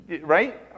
right